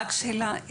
רק שאלה,